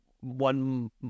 one